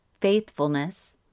faithfulness